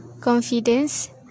confidence